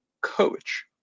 coach